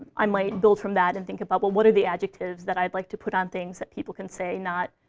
i might build from that. and think about, well, what are the adjectives that i'd like to put on things that people can say? not,